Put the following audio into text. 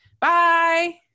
Bye